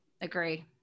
Agree